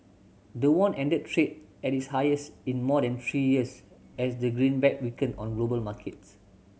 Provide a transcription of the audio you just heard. the won ended trade at its highest in more than three years as the greenback weakened on global markets